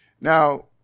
Now